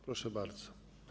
Proszę bardzo.